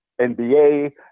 NBA